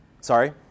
Sorry